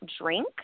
drink